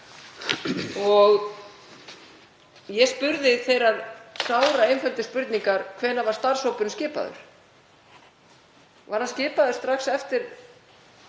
Ég spurði þeirrar sáraeinföldu spurningar: Hvenær var starfshópurinn skipaður? Var hann skipaður strax eftir